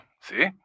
see